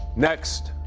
next,